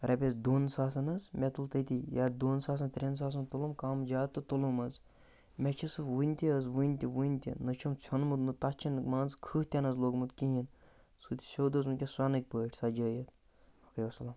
رۄپسَس دۅن ساسَن حظ مےٚ تُل تٔتی یا دۅن ساسَن ترٛیٚن ساسَن تُلُم کَم زیٛادٕ تہٕ تُلُم حظ مےٚ چھُ سُہ وُنہِ تہِ حظ وُنہِ تہِ وُنہِ تہِ نَہ چھُم ژھیٛونمُت تَتھ چھُنہٕ مان ژٕ خٕہہ تہِ نَہ حظ لوٚگمُت کِہیٖنۍ سُہ چھُ سیٛود حظ وُنکیٚس سۅنٕکۍ پٲٹھۍ سَجٲیتھ باقٕے وَسَلم